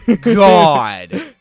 God